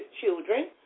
children